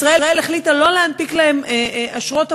ישראל החליטה לא להנפיק להם אשרות עבודה,